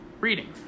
reading